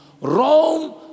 Rome